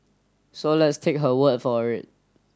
so let's take her word for it